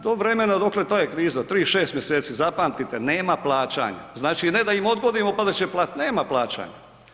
Do vremena dokle traje kriza, 3-6 mjeseci, zapamtite nema plaćanja, znači ne da im odgodimo pa da će platit, nema plaćanja.